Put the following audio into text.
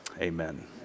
Amen